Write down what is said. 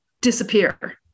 disappear